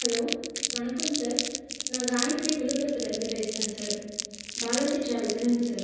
hello வணக்கம் sir நான் காயத்திரி விழுப்புரத்துலருந்து பேசுகிறேன் சார் பாலாஜி ட்ராவல்ஸ் தானங்க சார்